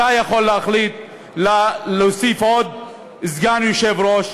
אתה יכול להחליט להוסיף עוד סגן יושב-ראש.